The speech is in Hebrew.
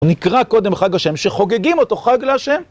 נקרא קודם חג השם, שחוגגים אותו חג להשם.